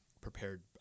prepared